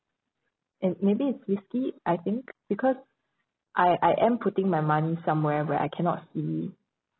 and maybe it's risky I think because I I am putting my money somewhere where I cannot see